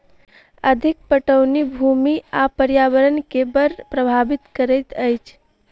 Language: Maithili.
अधिक पटौनी भूमि आ पर्यावरण के बड़ प्रभावित करैत अछि